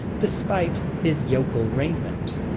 despite his yokel raiment.